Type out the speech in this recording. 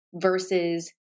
versus